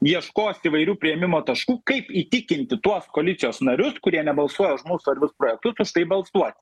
ieškos įvairių priėmimo taškų kaip įtikinti tuos koalicijos narius kurie nebalsuoja už mūsų projektus už tai balsuoti